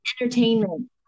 entertainment